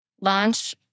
launch